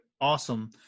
Awesome